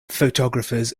photographers